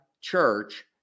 church